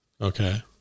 Okay